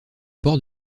port